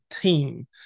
team